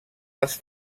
les